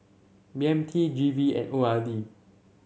B M T G V and O R D